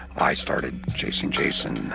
i started chasing jason.